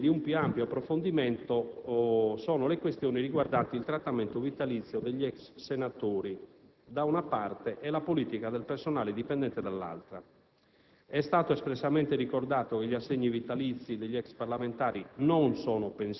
Di maggiore spessore, e pertanto meritevoli di un più ampio approfondimento, sono le questioni riguardanti il trattamento vitalizio degli ex senatori, da una parte, e la politica del personale dipendente, dall'altra.